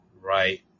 Right